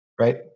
Right